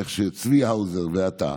איך שצבי האוזר ואתה